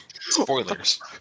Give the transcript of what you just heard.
Spoilers